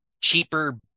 cheaper